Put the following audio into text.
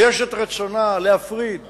ויש לה רצון להפריד